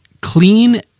clean